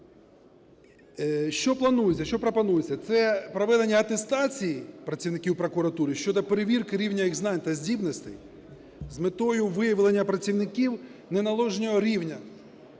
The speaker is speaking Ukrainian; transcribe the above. Що планується? Що пропонується? Це проведення атестації працівників прокуратури щодо перевірки рівня їх знань та здібностей з метою виявлення працівників неналежного рівня